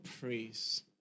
praise